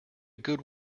good